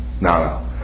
no